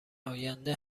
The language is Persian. آینده